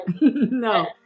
No